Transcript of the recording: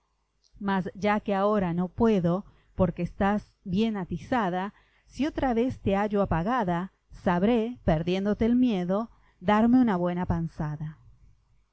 mas ya que ahora no puedo porque estás bien atizada si otra vez te hallo apagada sabré perdiéndote el miedo darme una buena panzada